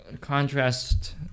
contrast